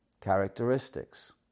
characteristics